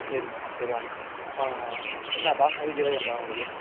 சரிமா சரி வாங்கிக்கிங்க என்ன பாஸ்மதி சீரக சம்பா உங்களுக்கு